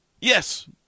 yes